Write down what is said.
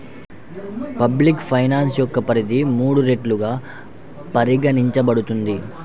public finance యొక్క పరిధి మూడు రెట్లుగా పరిగణించబడుతుంది